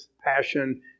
passion